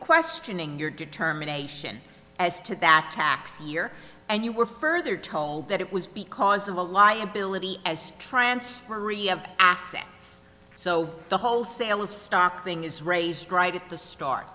questioning your determination as to that tax year and you were further told that it was because of a liability as transfer of assets so the whole sale of stock thing is raised right at the start